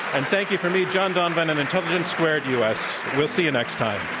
and thank you from me, john donvan and intelligence squared u. s. we'll see you next time.